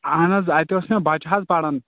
اَہَن حظ اَتہِ اوس مےٚ بچہٕ حظ پران